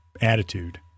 attitude